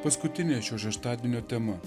paskutinė šio šeštadienio tema